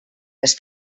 els